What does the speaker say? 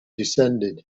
descended